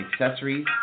Accessories